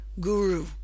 guru